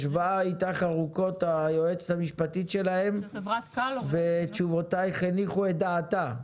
ישבה איתך ארוכות היועצת המשפטית שלהם ותשובותייך הניחו את דעתה.